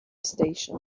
station